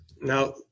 Now